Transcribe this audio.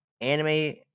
anime